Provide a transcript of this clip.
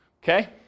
Okay